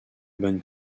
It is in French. bonne